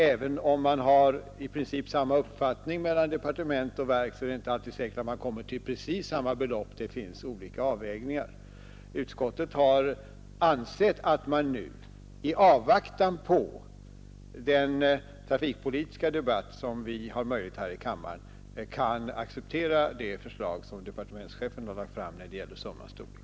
Även om man kanske i departementet i princip har samma uppfattning som verket redovisat så är det inte säkert att man kommer fram till precis samma belopp. Det finns olika avvägningar. Utskottet har ansett att riksdagen i avvaktan på den trafikpolitiska debatt, som vi så småningom får här i kammaren, kan acceptera det förslag som departementschefen har lagt fram när det gäller summans storlek.